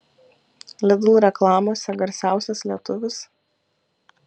lidl reklamose garsiausias lietuvis